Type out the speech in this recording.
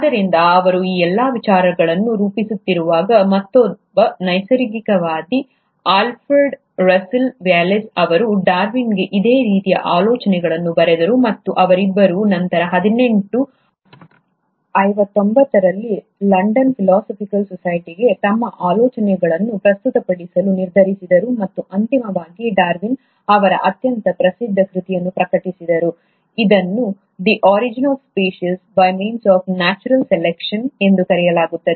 ಆದ್ದರಿಂದ ಅವರು ಈ ಎಲ್ಲಾ ವಿಚಾರಗಳನ್ನು ರೂಪಿಸುತ್ತಿರುವಾಗ ಮತ್ತೊಬ್ಬ ನೈಸರ್ಗಿಕವಾದಿ ಆಲ್ಫ್ರೆಡ್ ರಸೆಲ್ ವ್ಯಾಲೇಸ್ ಅವರು ಡಾರ್ವಿನ್ಗೆ ಇದೇ ರೀತಿಯ ಆಲೋಚನೆಗಳನ್ನು ಬರೆದರು ಮತ್ತು ಅವರಿಬ್ಬರೂ ನಂತರ ಹದಿನೆಂಟು ಐವತ್ತೊಂಬತ್ತರಲ್ಲಿ ಲಂಡನ್ ಫಿಲಾಸಫಿಕಲ್ ಸೊಸೈಟಿಗೆ ತಮ್ಮ ಆಲೋಚನೆಗಳನ್ನು ಪ್ರಸ್ತುತಪಡಿಸಲು ನಿರ್ಧರಿಸಿದರು ಮತ್ತು ಅಂತಿಮವಾಗಿ ಡಾರ್ವಿನ್ ಅವರ ಅತ್ಯಂತ ಪ್ರಸಿದ್ಧ ಕೃತಿಯನ್ನು ಪ್ರಕಟಿಸಿದರು ಇದನ್ನು 'the origin of species by means of natural selection ಎಂದು ಕರೆಯಲಾಗುತ್ತದೆ